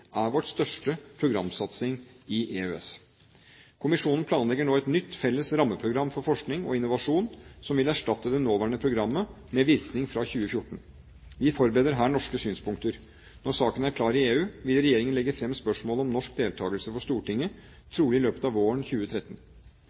er vår største programsatsing i EØS. Kommisjonen planlegger nå et nytt felles rammeprogram for forskning og innovasjon som vil erstatte det nåværende programmet, med virkning fra 2014. Vi forbereder her norske synspunkter. Når saken er klar i EU, vil regjeringen legge fram spørsmålet om norsk deltakelse for Stortinget – trolig i løpet av våren 2013.